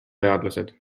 teadlased